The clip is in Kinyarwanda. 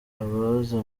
abaza